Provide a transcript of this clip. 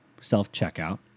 self-checkout